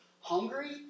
hungry